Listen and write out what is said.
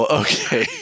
okay